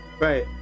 right